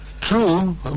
True